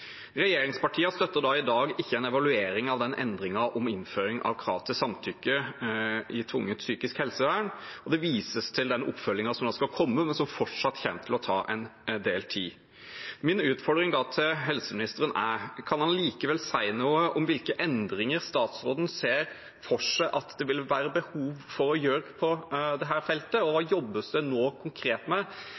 støtter i dag ikke en evaluering av endringen om innføring av krav til samtykke i tvungent psykisk helsevern, og det vises til den oppfølgingen som skal komme, men som fortsatt kommer til å ta en del tid. Min utfordring er da til helseministeren: Kan statsråden likevel si noe om hvilke endringer han ser for seg at det vil være behov for å gjøre på dette feltet, og jobbes det nå konkret med